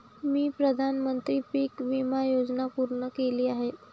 मी प्रधानमंत्री पीक विमा योजना पूर्ण केली आहे